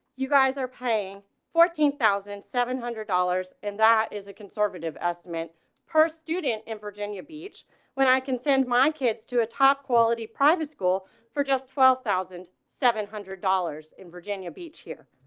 you guys are paying fourteen thousand seven hundred dollars and that is a conservative estimate per student in virginia beach when i can send my kids to a top quality private school for just twelve thousand seven hundred dollars in virginia beach here